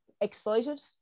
excited